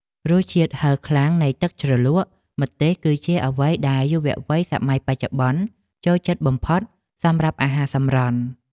រសជាតិហឹរខ្លាំងនៃទឹកជ្រលក់ម្ទេសគឺជាអ្វីដែលយុវវ័យសម័យបច្ចុប្បន្នចូលចិត្តបំផុតសម្រាប់អាហារសម្រន់។